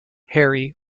harry